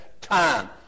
time